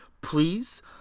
Please